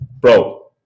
bro